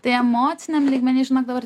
tai emociniam lygmeny žinok dabar